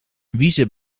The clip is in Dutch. wiezen